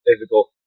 physical